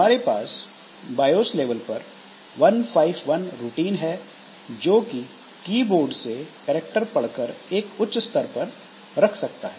हमारे पास BIOS level पर 151 रूटीन है जोकि कीबोर्ड से करैक्टर पढ़कर एक उच्च स्तर पर रख सकता है